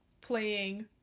Playing